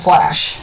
Flash